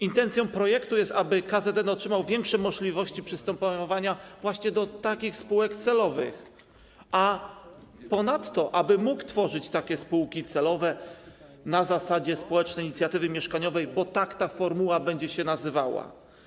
Intencją projektu jest, aby KZN otrzymał większe możliwości przystępowania do takich spółek celowych i aby mógł tworzyć takie spółki celowe na zasadzie społecznej inicjatywy mieszkaniowej, bo tak ta formuła będzie się nazywała.